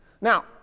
Now